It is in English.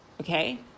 okay